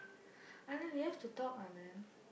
Anand really have to talk Anand